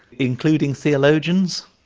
including theologians?